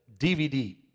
DVD